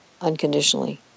unconditionally